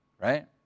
Right